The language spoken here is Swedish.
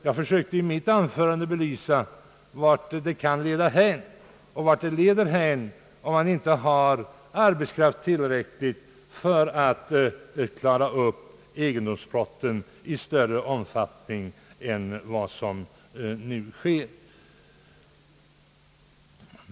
Jag försökte i mitt första anförande belysa, Anslag till lokala polisorganisationen vart det leder hän om man inte har arbetskraft tillräckligt för att klara upp egendomsbrotten i större omfattning än som nu sker.